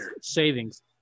savings